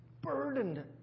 burdened